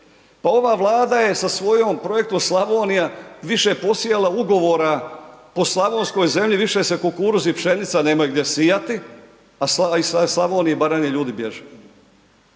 ova Vlada je sa svojom Projekt Slavonija više posijala ugovora, po slavonskoj zemlji više se kukuruz i pšenica nema gdje sijati, a iz Slavonije i Baranje ljudi bježe,